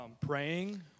praying